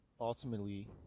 ultimately